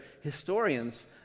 historians